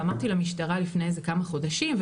ואמרתי למשטרה לפני איזה כמה חודשים,